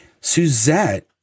Suzette